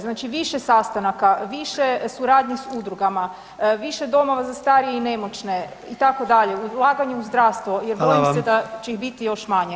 Znači, više sastanaka, više suradnji s udrugama, više domova za starije i nemoćne itd., ulaganje u zdravstvo jer bojim se da [[Upadica predsjednik: Hvala.]] će ih biti još manje.